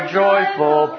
joyful